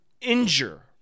injure